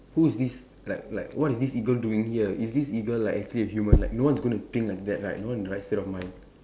who is this like like what is this eagle doing here is this eagle like actually a human like no one is going to think like that right no one in the right state of mind